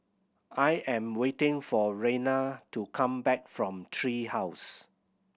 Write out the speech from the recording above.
I am waiting for Raina to come back from Tree House